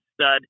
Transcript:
stud